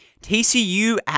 TCU